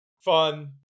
fun